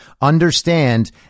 Understand